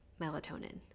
melatonin